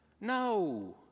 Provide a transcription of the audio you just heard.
No